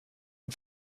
and